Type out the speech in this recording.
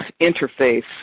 interface